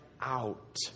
out